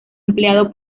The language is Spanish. empleado